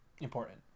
important